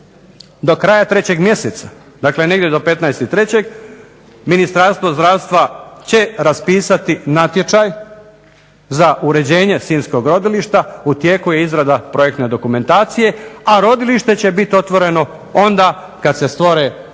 do kraja 3. mjeseca, dakle negdje do 15.3. Ministarstvo zdravstva će raspisati natječaj za uređenje sinjskog rodilišta, u tijeku je izrada projektne dokumentacije, a rodilište će biti otvoreno onda kad se stvore prostorni,